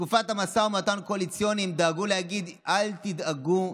בתקופת המשא ומתן הקואליציוני הם דאגו להגיד: אל תדאגו,